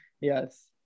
yes